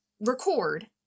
record